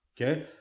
Okay